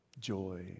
joy